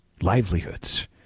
livelihoods